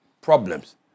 problems